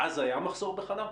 אז היה מחסור בחלב?